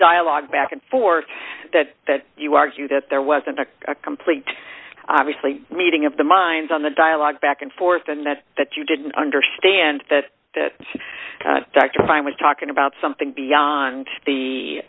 dialogue back and forth that you argue that there wasn't a complete obviously meeting of the minds on the dialogue back and forth and that that you didn't understand that that doctrine was talking about something beyond the